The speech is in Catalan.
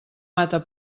mata